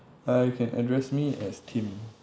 uh you can address me as tim